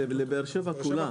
לבאר שבע כולה.